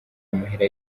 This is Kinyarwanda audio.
amahera